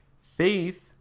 Faith